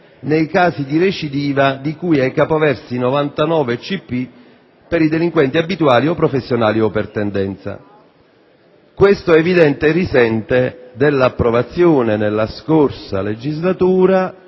nei casi di recidiva di cui all'articolo 99 del codice penale per i delinquenti abituali o professionali o per tendenza. Questo, è evidente, risente dell'approvazione nella scorsa legislatura